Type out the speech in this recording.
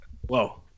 whoa